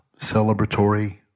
celebratory